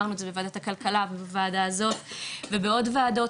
אמרנו את זה בוועדת הכלכלה ובוועדה הזאת ובעוד וועדות